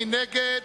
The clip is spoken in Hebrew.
מי נגד?